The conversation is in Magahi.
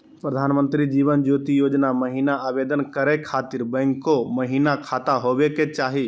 प्रधानमंत्री जीवन ज्योति योजना महिना आवेदन करै खातिर बैंको महिना खाता होवे चाही?